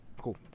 Cool